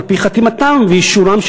על-פי חתימתם ואישורם,